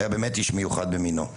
הוא היה באמת איש מיוחד במינו.